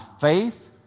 faith